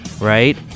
right